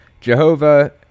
Jehovah